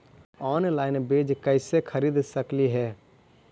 Online बीज कईसे खरीद सकली हे?